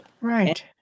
Right